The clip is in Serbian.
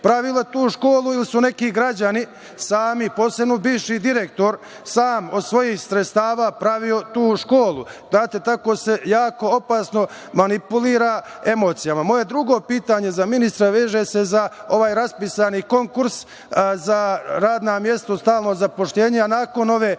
pravila tu školu ili su neki građani sami, posebno bivši direktor sam od svojih sredstava pravio tu školu? Tako se jako opasno manipulira emocijama. Moje drugo pitanje za ministra veže se za ovaj raspisani konkurs za rad na mestu stalno zaposlenje, na nakon ove